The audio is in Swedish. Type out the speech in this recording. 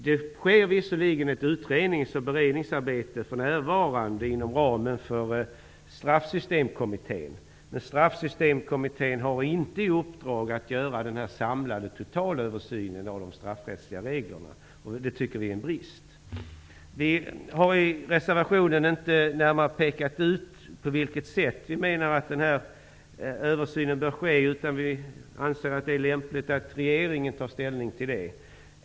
Det pågår visserligen ett utrednings och beredningsarbete för närvarande inom ramen för Straffsystemkommittén, men den har inte i uppdrag att göra en samlad översyn av de straffrättsliga reglerna. Det tycker vi är en brist. Vi har i vår reservation inte närmare pekat ut på vilket sätt vi tycker att denna översyn bör ske, utan vi anser att det är lämpligt att regeringen tar ställning till det.